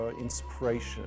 inspiration